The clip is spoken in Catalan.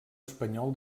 espanyol